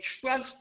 trust